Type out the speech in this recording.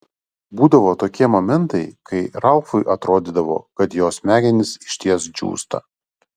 būdavo tokie momentai kai ralfui atrodydavo kad jo smegenys išties džiūsta